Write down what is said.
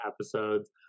episodes